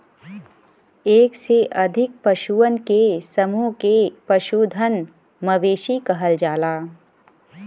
एक से अधिक पशुअन के समूह के पशुधन, मवेशी कहल जाला